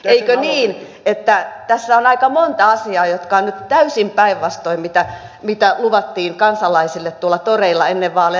eikö niin että tässä on aika monta asiaa jotka ovat nyt täysin päinvastoin kuin mitä luvattiin kansalaisille tuolla toreilla ennen vaaleja